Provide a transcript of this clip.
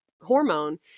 hormone